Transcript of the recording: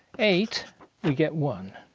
eight we get one.